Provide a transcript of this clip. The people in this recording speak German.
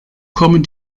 kommen